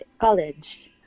college